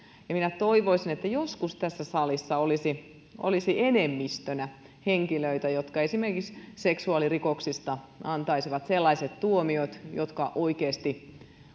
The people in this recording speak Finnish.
minä toivoisin että joskus tässä salissa olisi olisi enemmistönä henkilöitä jotka esimerkiksi seksuaalirikoksista antaisivat sellaiset tuomiot jotka oikeasti